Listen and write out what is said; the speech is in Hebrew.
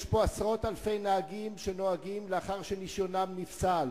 יש פה עשרות אלפי נהגים שנוהגים לאחר שרשיונם נפסל.